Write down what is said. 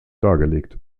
dargelegt